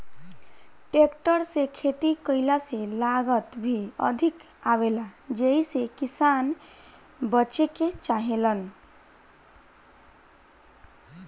tractor से खेती कईला से लागत भी अधिक आवेला जेइसे किसान बचे के चाहेलन